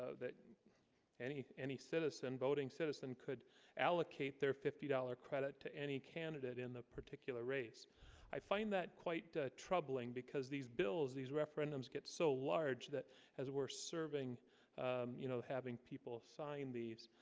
ah that any any citizen voting citizen could allocate their fifty dollars credit to any candidate in the particular race i? find that quite troubling because these bills these referendums get so large that has worth serving you know having people sign these